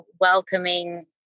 welcoming